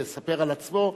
שאדוני יספר על עצמו,